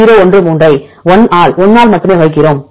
013 ஐ 1 ஆல் 1 ஆல் மட்டுமே வகுக்கிறோம்